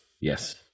Yes